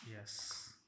yes